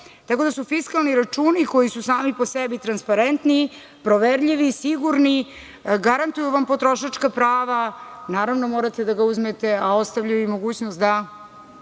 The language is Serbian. tako da su fiskalni računi koji su sami po sebi transparentni, proverljivi i sigurni, garantuju vam potrošačka prava. Naravno, morate da ga uzmete, a ostavlja i mogućnost da